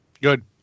Good